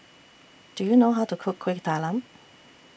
Do YOU know How to Cook Kuih Talam